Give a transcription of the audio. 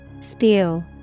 Spew